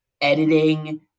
editing